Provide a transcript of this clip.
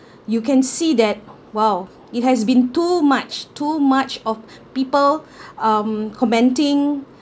you can see that !wow! it has been too much too much of people um commenting